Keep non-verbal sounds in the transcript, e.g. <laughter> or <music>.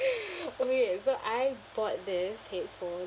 <breath> wait so I bought this headphone